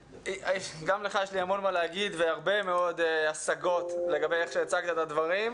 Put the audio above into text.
גם לך יש לי המון מה להגיד והרבה מאוד השגות לגבי איך שהצגת את הדברים,